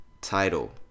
title